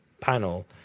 panel